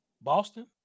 Boston